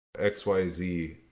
XYZ